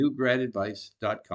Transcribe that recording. newgradadvice.com